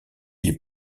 les